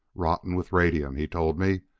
rotten with radium, he told me.